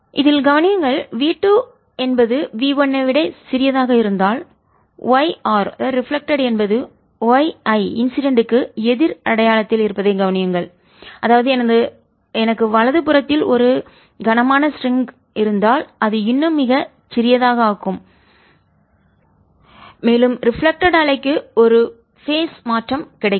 இதில் கவனியுங்கள் v 2 என்பது v 1 விட சிறியதாக இருந்தால் yR ரிஃப்ளெக்ட்டட் என்பது y I இன்சிடென்ட் க்கு எதிர் அடையாளத்தில் இருப்பதை கவனியுங்கள் அதாவது எனக்கு வலது புறத்தில் ஒரு கனமான ஸ்ட்ரிங்கில் கனமான கயிறு இருந்தால் அது இன்னும் மிகச் சிறியதாக ஆக்கும் மேலும் ரிஃப்ளெக்ட்டட் அலைக்கு ஒரு பேஸ் கட்ட மாற்றம் கிடைக்கும்